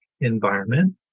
environment